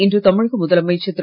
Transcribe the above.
இன்று தமிழக முதலமைச்சர் திரு